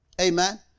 Amen